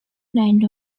died